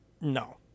No